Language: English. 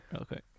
Okay